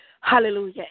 hallelujah